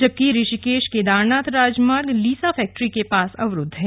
जबकि ऋषिकेश केदारनाथ राजमार्ग लीसा फैक्ट्री के पास अवरूद्व है